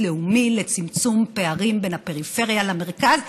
לאומי לצמצום פערים בין הפריפריה למרכז,